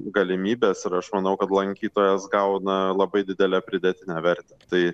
galimybės ir aš manau kad lankytojas gauna labai didelę pridėtinę vertę tai